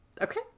okay